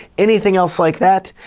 anything else like that,